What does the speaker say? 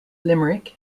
limerick